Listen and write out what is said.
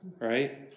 right